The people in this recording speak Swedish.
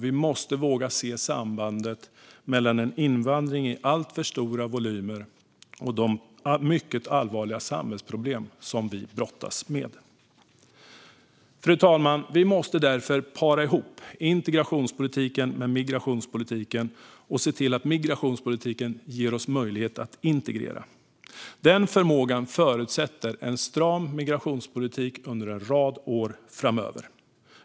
Vi måste våga se sambandet mellan en invandring i alltför stora volymer och mycket allvarliga samhällsproblem som vi brottas med. Fru talman! Vi måste därför para ihop integrationspolitiken med migrationspolitiken och se till att migrationspolitiken ger oss möjlighet att integrera. Den förmågan förutsätter en stram migrationspolitik under en rad år framöver.